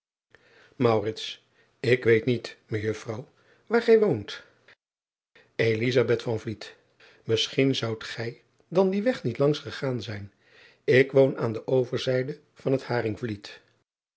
k weet niet ejuffrouw waar gij woont isschien zoudt gij dan driaan oosjes zn et leven van aurits ijnslager dien weg niet langs gegaan zijn ik woon aan de overzijde van het